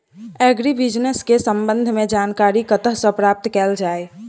Agri business केँ संबंध मे जानकारी कतह सऽ प्राप्त कैल जाए?